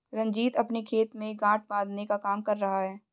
रंजीत अपने खेत में गांठ बांधने का काम कर रहा है